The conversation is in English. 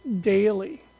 daily